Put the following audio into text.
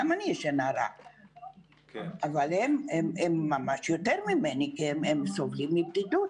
גם אני ישנה רע אבל הם יותר ממני כי הם סובלים מבדידות.